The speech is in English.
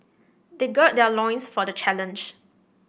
they gird their loins for the challenge